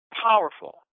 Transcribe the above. powerful